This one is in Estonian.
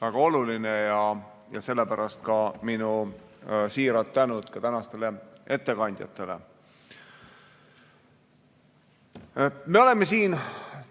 väga oluline ja sellepärast ka minu siirad tänud tänastele ettekandjatele. Me oleme siin